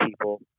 people